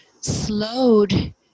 slowed